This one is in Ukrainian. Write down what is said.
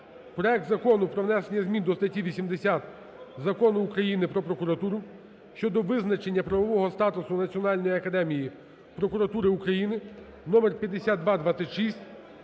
Проект Закону про внесення змін до статті 80 Закону України "Про прокуратуру" (щодо визначення правового статусу Національної академії прокуратури України) (№ 5226)